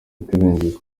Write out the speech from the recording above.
iteganyijwe